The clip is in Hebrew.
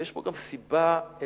ויש פה גם סיבה מעשית: